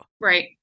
Right